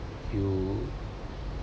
you